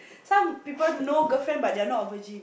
some people no girlfriend but they are not a virgin